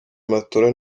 matola